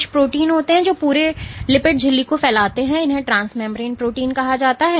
कुछ प्रोटीन होते हैं जो पूरे लिपिड झिल्ली को फैलाते हैं और इन्हें ट्रांसमेम्ब्रेन प्रोटीन कहा जाता है